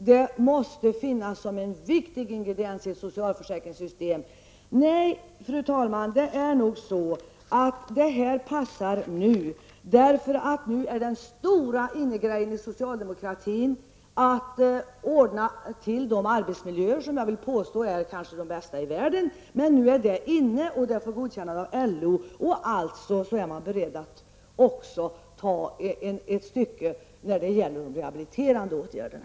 Det måste finnas med som en viktig ingrediens i ett socialförsäkringssystem. Nej, fru talman, det är nog så att det här passar nu, därför att den stora innegrejen inom socialdemokratin nu är att ordna till de arbetsmiljöer som jag vill påstå kanske är de bästa i världen. Nu har man fått godkänt av LO och är alltså beredd att acceptera även ett stycke om de rehabiliterande åtgärderna.